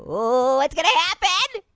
oh, what's gonna happen?